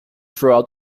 throughout